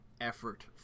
effort